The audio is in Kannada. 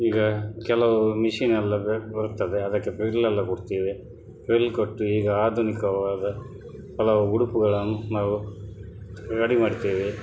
ಈಗ ಕೆಲವು ಮಿಷಿನ್ನೆಲ್ಲ ಬರು ಬರುತ್ತದೆ ಅದಕ್ಕೆ ಫ್ರಿಲ್ಲೆಲ್ಲ ಕೊಡುತ್ತೇವೆ ಫ್ರಿಲ್ ಕೊಟ್ಟು ಈಗ ಆಧುನಿಕವಾದ ಹಲವು ಉಡುಪುಗಳನ್ನು ನಾವು ರೆಡಿ ಮಾಡ್ತೇವೆ